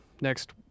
next